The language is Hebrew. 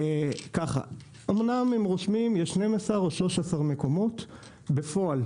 ככה: אומנם הם רושמים שיש 12 או 13 מקומות בפועל,